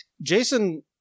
Jason